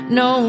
no